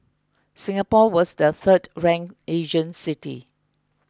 Singapore was the third ranked Asian city